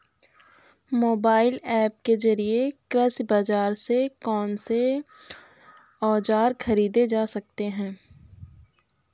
Mobile app के जरिए कृषि बाजार से कौन से औजार ख़रीदे जा सकते हैं?